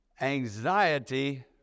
Anxiety